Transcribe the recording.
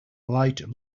light